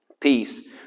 peace